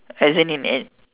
as in in an